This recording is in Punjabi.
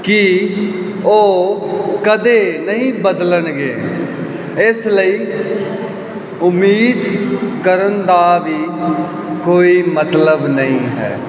ਕਿ ਉਹ ਕਦੇ ਨਹੀਂ ਬਦਲਣਗੇ ਇਸ ਲਈ ਉਮੀਦ ਕਰਨ ਦਾ ਵੀ ਕੋਈ ਮਤਲਬ ਨਹੀਂ ਹੈ